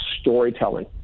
storytelling